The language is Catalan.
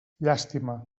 llàstima